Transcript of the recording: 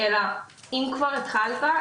אלא אם כבר התחלת,